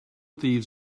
thieves